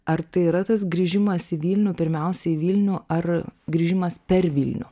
ar tai yra tas grįžimas į vilnių pirmiausia į vilnių ar grįžimas per vilnių